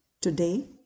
today